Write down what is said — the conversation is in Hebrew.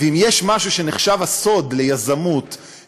ואם יש משהו שנחשב הסוד ליזמות,